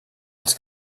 els